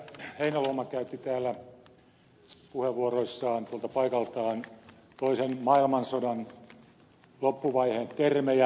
heinäluoma käytti täällä puheenvuoroissaan tuolta paikaltaan toisen maailmansodan loppuvaiheen termejä